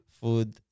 food